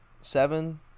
Seven